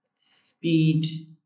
Speed